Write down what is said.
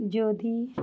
যদি